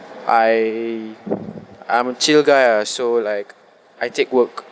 I I'm a chill guy ah so like I take work